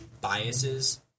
biases